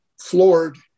floored